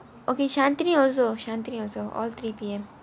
okay shanthini also shanthini also all three P_M